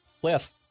Cliff